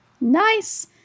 Nice